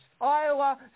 Iowa